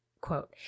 quote